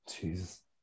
Jesus